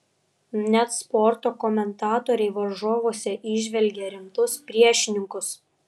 net sporto komentatoriai varžovuose įžvelgia rimtus priešininkus